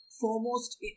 foremost